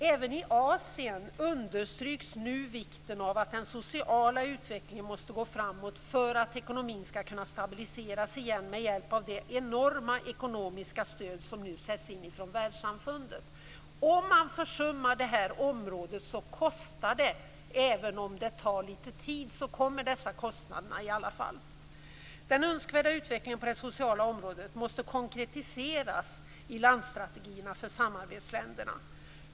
Även i Asien understryks vikten av att den sociala utvecklingen måste gå framåt för att ekonomin skall kunna stabiliseras igen med hjälp av det enorma ekonomiska stöd som nu sätts in från världssamfundet. Om området försummas, kommer dessa kostnader att synas efter en tid. Den önskvärda utvecklingen på det sociala området måste konkretiseras i landstrategierna för samarbetsländerna.